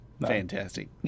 Fantastic